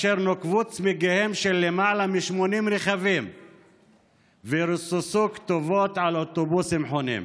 נוקבו צמיגיהם של למעלה מ-80 רכבים ורוססו כתובות על אוטובוסים חונים.